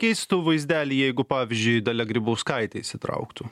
keistų vaizdelį jeigu pavyzdžiui dalia grybauskaitė įsitrauktų